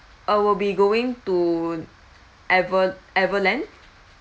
uh will be going to ever~ everland